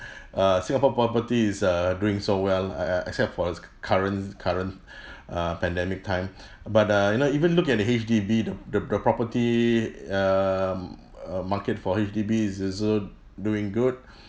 uh singapore property is err doing so well err except for this current current uh pandemic time but uh you know even look at the H_D_B the the the property um uh market for H_D_B is also doing good